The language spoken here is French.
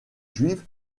juive